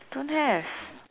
don't have